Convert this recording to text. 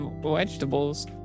vegetables